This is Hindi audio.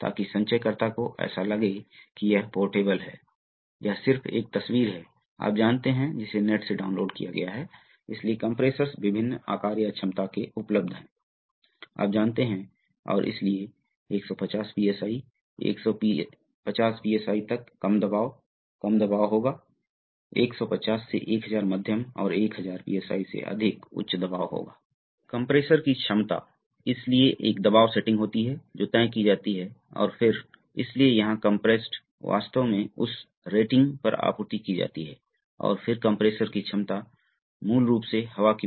इसलिए यदि बॉडी इस दिशा में आगे बढ़ता है तो फिर से यह प्रवाह यह वाल्व बंद हो जाएगा इसलिए आप देखते हैं कि पिस्टन की एक विशेष पोजीशन है या लोड की एक पोजीशन फिर से बंद हो जाएगी जब तक कि यह बंद नहीं हो जाता प्रवाह होना और वेग होना है भार इसी तरह चलता रहेगा यदि आप चलते हैं तो लीवर को स्थानांतरित करें वाल्व एक दिशा में आगे बढ़ने वाला है फिर अंत में आना और रुकना है यह फीडबैक है इसलिए यह है यह एक विशिष्ट है आप जानते हैं बहुत ही सरल यांत्रिक व्यवस्था सर्वो वाल्व सही है